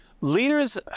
Leaders